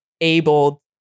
able